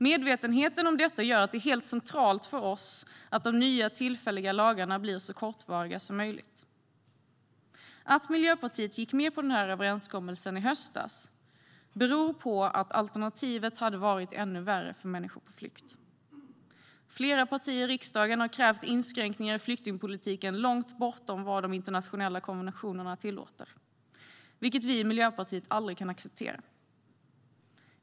Medvetenheten om detta gör att det är helt centralt för oss att de nya tillfälliga lagarna blir så kortvariga som möjligt. Att Miljöpartiet gick med på den här överenskommelsen i höstas beror på att alternativet hade varit ännu värre för människor på flykt. Flera partier i riksdagen har krävt inskränkningar i flyktingpolitiken långt bortom vad de internationella konventionerna tillåter, vilket vi i Miljöpartiet aldrig kan acceptera.